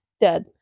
dead